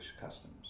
customs